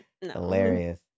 hilarious